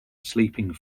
sleeping